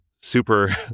super